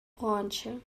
branche